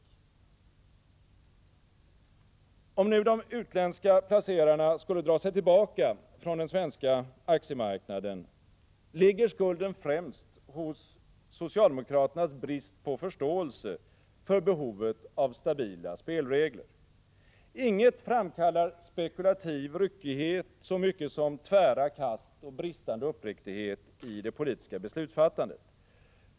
Om nu de utländska placerarna skulle dra sig tillbaka från den svenska aktiemarknaden, ligger skulden främst i socialdemokraternas brist på förståelse för behovet av stabila spelregler. Inget framkallar spekulativ ryckighet så mycket som tvära kast och bristande uppriktighet i det politiska beslutsfattandet.